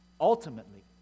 ultimately